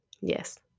Yes